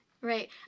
right